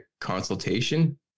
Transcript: consultation